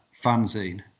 fanzine